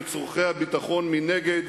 וצורכי הביטחון מנגד.